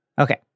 Okay